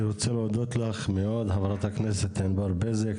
אני רוצה להודות לך מאוד, חברת הכנסת ענבר בזק.